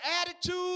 attitude